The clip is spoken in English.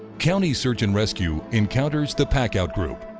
county search and rescue encounters the pack out group,